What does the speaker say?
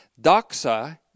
Doxa